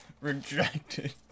Rejected